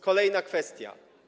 Kolejna kwestia.